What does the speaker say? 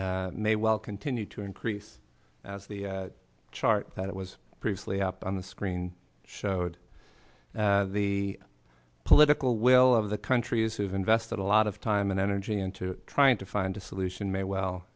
c may well continue to increase as the chart that was previously up on the screen showed the political will of the countries who've invested a lot of time and energy into trying to find a solution may well